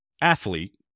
athlete